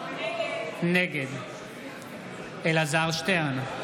נגד אלעזר שטרן,